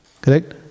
correct